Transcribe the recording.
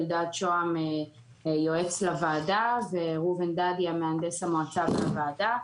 אלדד שהם הוא יועץ לוועדה וראובן דדיה מהנדס המועצה והוועדה.